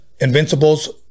Invincibles